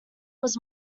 was